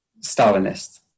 Stalinist